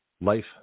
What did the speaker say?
life